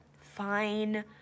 Fine